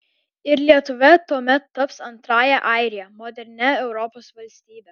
ir lietuva tuomet taps antrąja airija modernia europos valstybe